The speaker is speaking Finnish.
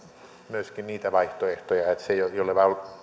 myöskin niitä vaihtoehtoja että se jolle